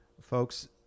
Folks